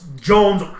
Jones